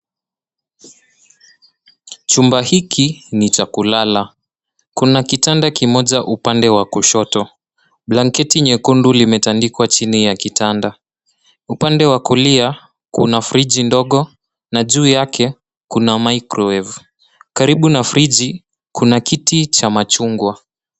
Chumba hiki ni cha kulala. Kuna kitanda kimoja upande wa kushoto. Blanketi nyekundu limetandikwa chini ya kitanda. Upande wa kulia kuna friji ndogo na juu yake kuna microwave . Karibu na friji kuna kiti cha machungwa.